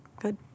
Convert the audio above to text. Good